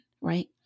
right